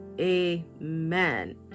Amen